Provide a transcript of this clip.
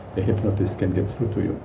the hypnotist can get through through